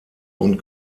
und